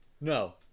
no